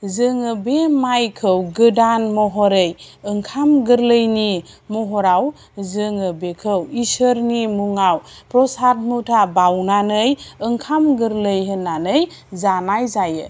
जोङो बे माइखौ गोदान महरै ओंखाम गोरलैनि महराव जोङो बेखौ इसोरनि मुङाव प्रसाद मुथा बाउनानै ओंखाम गोरलै होननानै जानाय जायो